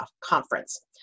conference